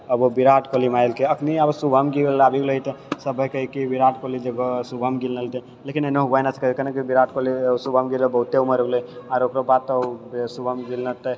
आओर ओ विराट कोहली मारलके अखनि आओर तेइस साल उमर छलै शुभमन गिल आबि गेलै तऽ सभे कहै कि विराट कोहलीके जगह शुभमन गिल लए लेतै लेकिन एना होइए नहि सकैय किएक कि विराट कोहली शुभमन गिल बहुते उमर आरो ओकरो बादो शुभमन गिल रहतै